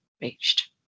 reached